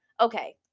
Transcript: okay